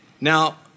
Now